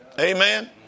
Amen